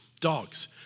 Dogs